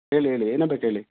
ಹೇಳಿ ಹೇಳಿ ಏನಾಗ್ಬೇಕ್ ಹೇಳಿ